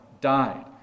died